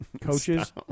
Coaches